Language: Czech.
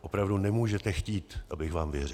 Opravdu nemůžete chtít, abych vám věřil.